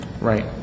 Right